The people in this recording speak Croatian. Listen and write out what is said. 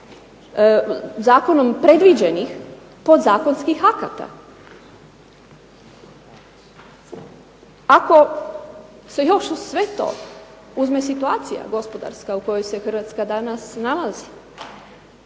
zakonom predviđenih podzakonskih akata. Ako se još uz sve to uzme situacija gospodarska u kojoj se Hrvatska danas nalazi,